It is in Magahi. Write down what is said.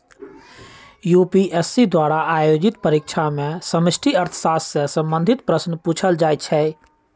यू.पी.एस.सी द्वारा आयोजित परीक्षा में समष्टि अर्थशास्त्र से संबंधित प्रश्न पूछल जाइ छै